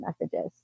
messages